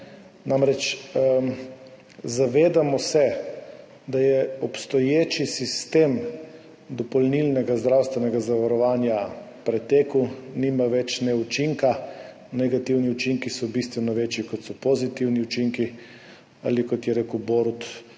ne? Zavedamo se, da je obstoječi sistem dopolnilnega zdravstvenega zavarovanja pretekel, nima več učinka, negativni učinki so bistveno večji, kot so pozitivni učinki, ali kot je rekel Borut,